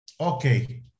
okay